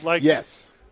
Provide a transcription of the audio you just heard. Yes